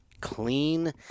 clean